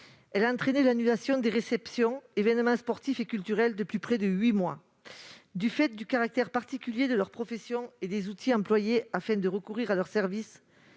Elle a entraîné l'annulation des réceptions, événements sportifs et culturels depuis près de huit mois. Du fait du caractère particulier de leurs professions et des outils employés afin de recourir à leurs services,